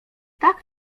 tak